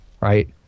Right